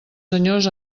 senyors